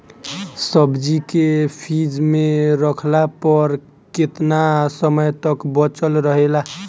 सब्जी के फिज में रखला पर केतना समय तक बचल रहेला?